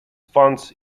funds